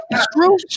screw